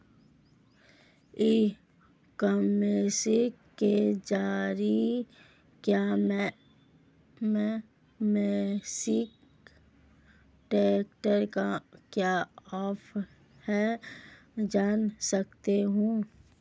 ई commerce के ज़रिए क्या मैं मेसी ट्रैक्टर का क्या ऑफर है जान सकता हूँ?